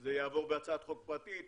זה יעבור בהצעת חוק פרטית,